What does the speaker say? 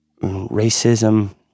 racism